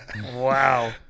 wow